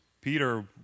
Peter